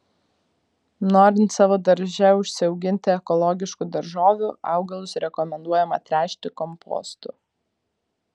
norint savo darže užsiauginti ekologiškų daržovių augalus rekomenduojama tręšti kompostu